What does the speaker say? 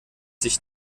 sich